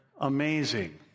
amazing